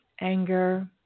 anger